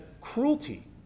cruelty